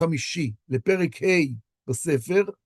חמישי, לפרק ה' בספר.